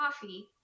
coffee